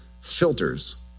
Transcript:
filters